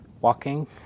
walking